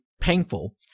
painful